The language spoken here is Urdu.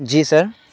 جی سر